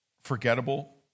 forgettable